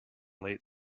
late